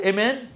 Amen